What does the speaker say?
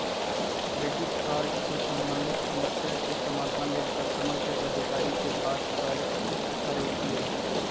credit card से संबंधित समस्या के समाधान लेल कस्टमर केयर अधिकारी से बात कर सकइछि